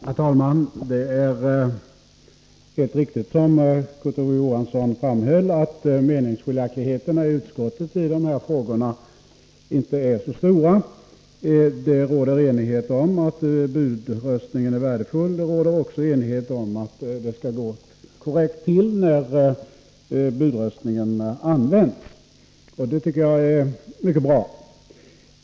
Herr talman! Det är helt riktigt som Kurt Ove Johansson framhöll, att meningsskiljaktigheterna i dessa frågor inte är så stora i utskottet. Det råder enighet om att budröstningen är värdefull och enighet om att det skall gå korrekt till när den används. Det tycker jag är mycket bra.